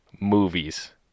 movies